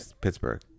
pittsburgh